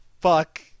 Fuck